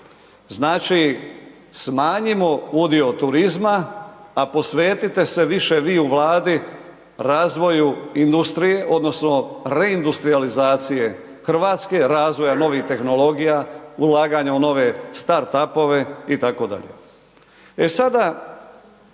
Znači, smanjimo udio turizma, a posvetite se više vi u Vladi razvoju industrije odnosno reindustrijalizacije Hrvatske, razvoja novih tehnologija, ulaganja u nove startupove itd.